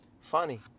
Funny